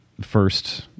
first